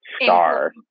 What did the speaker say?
star